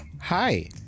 hi